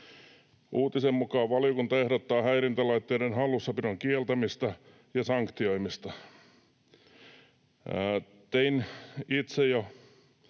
Uutisen mukaan valiokunta ehdottaa häirintälaitteiden hallussapidon kieltämistä ja sanktioimista. Tein itse jo